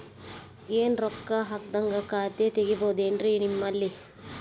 ಏನು ರೊಕ್ಕ ಹಾಕದ್ಹಂಗ ಖಾತೆ ತೆಗೇಬಹುದೇನ್ರಿ ನಿಮ್ಮಲ್ಲಿ?